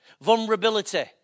vulnerability